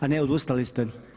A ne odustali ste.